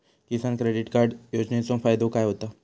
किसान credit card योजनेचो फायदो काय होता?